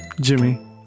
Jimmy